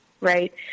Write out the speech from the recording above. right